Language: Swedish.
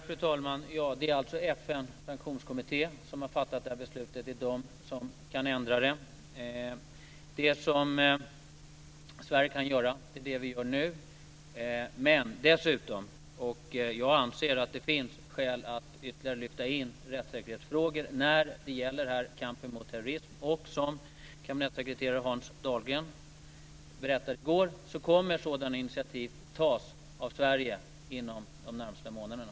Fru talman! Det är alltså FN:s sanktionskommitté som har fattat det här beslutet. Det är den som kan ändra det. Det som Sverige kan göra är det som vi gör nu. Men jag anser att det dessutom finns skäl att ytterligare lyfta in rättssäkerhetsfrågor när det gäller kampen mot terrorism, och som kabinettssekreterare Hans Dahlgren berättade i går kommer sådana initiativ att tas av Sverige inom de närmaste månaderna.